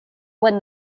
when